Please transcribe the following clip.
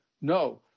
No